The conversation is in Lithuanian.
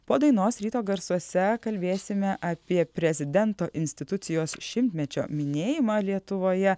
po dainos ryto garsuose kalbėsime apie prezidento institucijos šimtmečio minėjimą lietuvoje